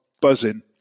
buzzing